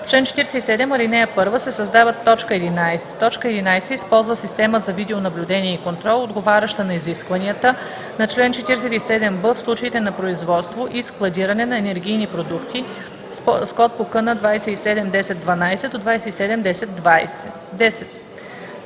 В чл. 47, ал. 1 се създава т. 11: „11. използва система за видеонаблюдение и контрол, отговаряща на изискванията на чл. 47б, в случаите на производство и складиране на енергийни продукти с код по КН 2710 12 до 2710